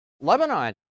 Lebanon